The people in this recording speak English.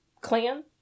clan